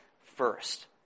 first